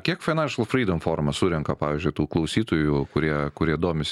kiek financial freedom formas surenka pavyzdžiui tų klausytojų kurie kurie domisi